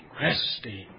resting